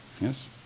Yes